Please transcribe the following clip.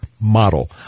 model